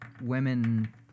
women